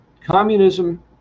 communism